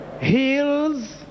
heals